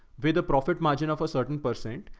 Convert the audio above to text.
via the profit margin of a certain percent,